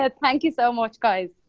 ah thank you so much guys.